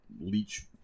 leech